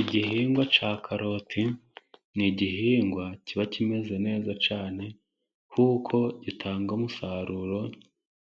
Igihingwa cya karoti ni igihingwa kiba kimeze neza cyane kuko gitanga umusaruro